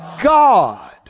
God